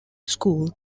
school